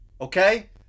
Okay